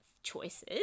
choices